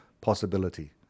possibility